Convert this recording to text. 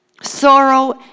Sorrow